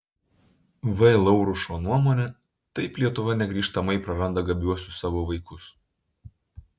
v laurušo nuomone taip lietuva negrįžtamai praranda gabiuosius savo vaikus